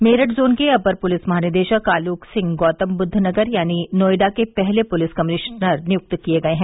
Meerut zone के अपर police महानिदेशक आलोक सिंह गौतमबुद्धनगर यानी नोएडा के पहले पुलिस कमिश्नर नियुक्त किये गये हैं